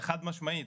חד משמעית.